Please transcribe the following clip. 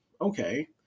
okay